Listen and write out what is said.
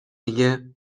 دیگه